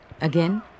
Again